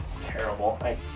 terrible